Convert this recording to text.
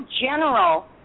general